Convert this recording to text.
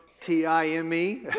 T-I-M-E